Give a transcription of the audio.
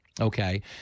okay